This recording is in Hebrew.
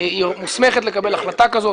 מוסמכת לקבל החלטה כזאת.